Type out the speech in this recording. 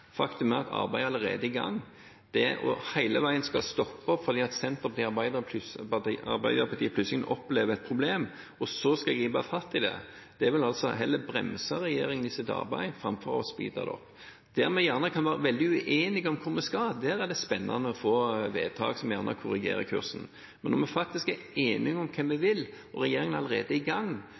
Faktum er at arbeidet allerede er i gang. Det å skulle stoppe opp hele veien fordi Senterpartiet og Arbeiderpartiet plutselig opplever et problem og så skal gripe fatt i det, vil hele veien altså heller bremse regjeringen i dens arbeid framfor å speede det opp. Der vi gjerne kan være veldig uenige om hvor vi skal, er det spennende å få vedtak som kanskje korrigerer kursen. Men når vi faktisk er enige om hva vi vil, og regjeringen allerede er i gang,